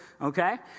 okay